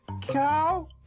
cow